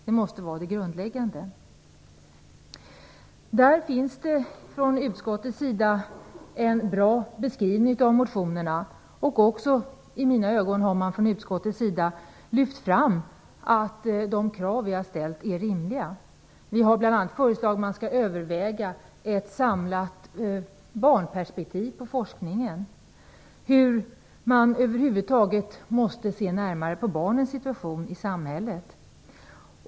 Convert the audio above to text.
Det måste vara grundläggande här. Från utskottets sida finns det en bra beskrivning av motionerna. I mina ögon har utskottet lyft fram att de krav som vi har ställt är rimliga. Bl.a. har vi föreslagit att man skall överväga ett samlat barnperspektiv på forskningen. Över huvud taget måste man se närmare på barnens situation i samhället.